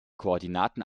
koordinaten